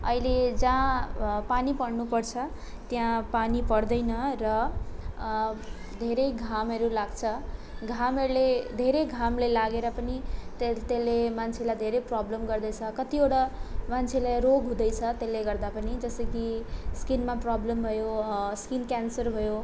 अहिले जहाँ पानी पर्नुपर्छ त्यहाँ पानी पर्दैन र धेरै घामहरू लाग्छ घामहरूले धेरै घामले लागेर पनि ते त्यसले मान्छेलाई धेरै प्रोब्लम गर्दैछ कतिवटा मान्छेलाई रोग हुँदैछ त्यसले गर्दा पनि जसै कि स्किनमा प्रोब्लम भयो स्किन क्यान्सर भयो